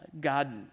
God